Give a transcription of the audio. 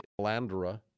Calandra